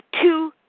two